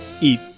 eat